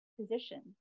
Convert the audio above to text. position